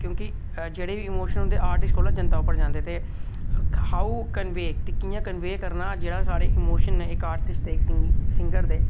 की के जेह्ड़े बी इमोशन होंदे आर्टिस्ट कोला जनता पर जंदे ते हाऊ कन्वे ते कियां कन्वे करना ते कि'यां इमोशन न साढ़े इक्क सिंगर दे